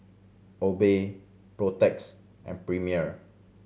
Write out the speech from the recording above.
Obey Protex and Premier